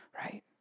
right